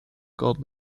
gold